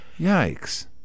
Yikes